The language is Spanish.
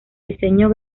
diseño